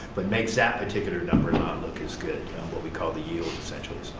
but makes that particular number not look as good on what we call the yield essentially